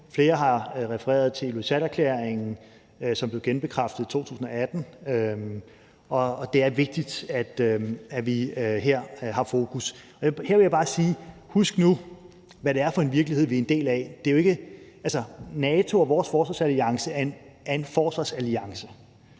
flere har refereret til Ilulissaterklæringen, som blev genbekræftet i 2018, og det er vigtigt, at vi her har fokus. Her vil jeg bare sige: Husk nu, hvad det er for en virkelighed, vi er en del af. Altså, NATO og vores forsvarsalliance er en forsvarsalliance,